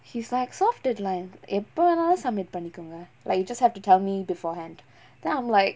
he's like soft deadline எப்ப வேணாலும்:eppa venaalum submit பண்ணிக்கோங்க:pannikkonga like you just have to tell me beforehand then I'm like